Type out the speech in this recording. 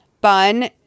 bun